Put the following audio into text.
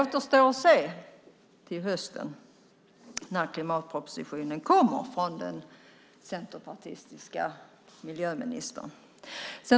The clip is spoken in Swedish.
Det återstår att se till hösten när klimatpropositionen kommer från den centerpartistiska miljöministern.